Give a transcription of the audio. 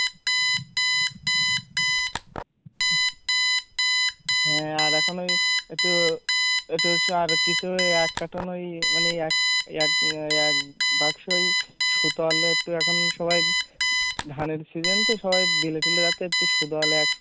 হ্যাঁ আর এখন ওই একটু একটু সা আর কিছু এক কার্টন ওই মানে এক এক এক বাক্স ওই সুদল একটু এখন সবাই ধানের সিজেন তো সবাই বেলে টেলে রাখে যাচ্ছে সুদল এক